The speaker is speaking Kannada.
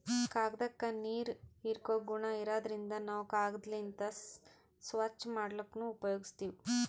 ಕಾಗ್ದಾಕ್ಕ ನೀರ್ ಹೀರ್ಕೋ ಗುಣಾ ಇರಾದ್ರಿನ್ದ ನಾವ್ ಕಾಗದ್ಲಿಂತ್ ಸ್ವಚ್ಚ್ ಮಾಡ್ಲಕ್ನು ಉಪಯೋಗಸ್ತೀವ್